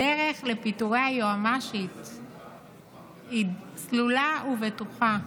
הדרך לפיטורי היועמ"שית סלולה ובטוחה.